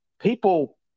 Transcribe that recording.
people